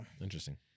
Interesting